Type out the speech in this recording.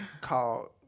called